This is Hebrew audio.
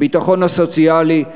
הביטחון הסוציאלי,